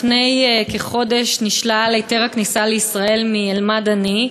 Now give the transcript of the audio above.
לפני כחודש נשלל היתר הכניסה לישראל של אל-מדני,